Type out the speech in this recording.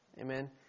Amen